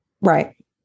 Right